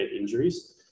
injuries